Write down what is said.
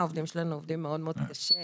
העובדים שלנו עובדים מאוד קשה.